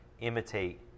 imitate